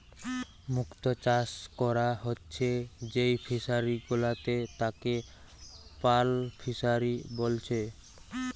মুক্ত চাষ কোরা হচ্ছে যেই ফিশারি গুলাতে তাকে পার্ল ফিসারী বলছে